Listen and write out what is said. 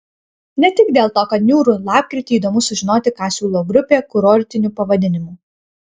ne tik dėl to kad niūrų lapkritį įdomu sužinoti ką siūlo grupė kurortiniu pavadinimu